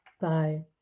bye